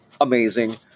Amazing